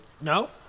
No